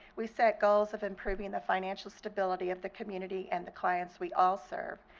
we set goals of improving the financial stability of the community and the clients we all serve.